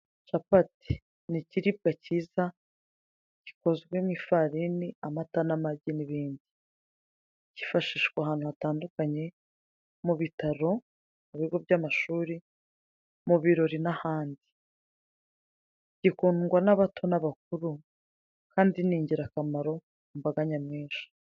Capati ni ikiribwa cyiza gikozwe mu ifarini amata n'amagi n'ibindi, kifashishwa ahantu hatandukanye mu bitaro, mu bigo by'amashuri, mu birori n'ahandi, gikundwa n'abato n'abakuru, kandi ni ingirakamaro kumbaga nyamwinshi.